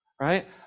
Right